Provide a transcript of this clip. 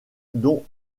dont